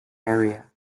area